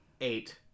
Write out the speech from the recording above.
Eight